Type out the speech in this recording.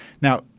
Now